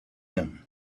him